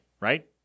right